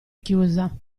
chiusa